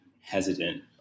hesitant